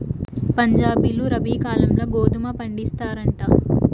పంజాబీలు రబీ కాలంల గోధుమ పండిస్తారంట